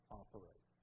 operate